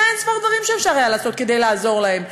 היו אין-סוף דברים שהיה אפשר לעשות כדי לעזור להם,